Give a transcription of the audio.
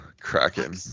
Kraken